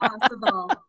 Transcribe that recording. possible